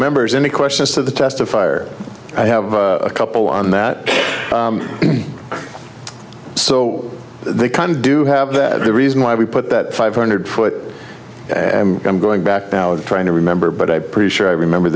members any questions to the testifier i have a couple on that so they kind of do have that the reason why we put that five hundred foot i'm going back now and trying to remember but i pretty sure i remember